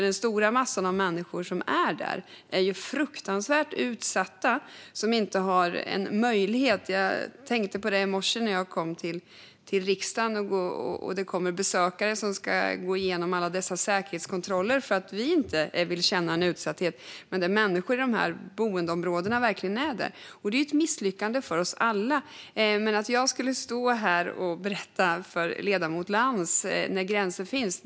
Den stora massan av människor som bor där är ju fruktansvärt utsatta. Jag tänkte på det i morse när jag kom till riksdagen: När det kommer besökare hit ska de gå igenom alla dessa säkerhetskontroller för att vi inte vill känna oss utsatta, men de boende i de här områdena är verkligen utsatta. Det är ett misslyckande för oss alla. Jag kan inte stå här och berätta för ledamoten Lantz var gränsen går.